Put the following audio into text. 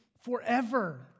forever